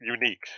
Unique